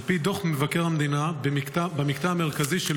על פי דוח מבקר המדינה במקטע המרכזי של